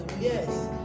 Yes